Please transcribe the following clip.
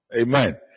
Amen